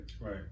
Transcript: Right